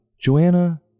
Joanna